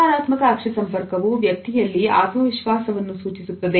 ಸಕಾರಾತ್ಮಕ ಅಕ್ಷ ಸಂಪರ್ಕವು ವ್ಯಕ್ತಿಯಲ್ಲಿ ಆತ್ಮವಿಶ್ವಾಸವನ್ನು ಸೂಚಿಸುತ್ತದೆ